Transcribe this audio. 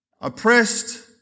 Oppressed